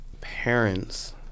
Parents